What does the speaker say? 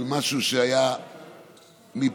על משהו שהיה פעם.